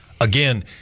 Again